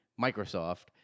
Microsoft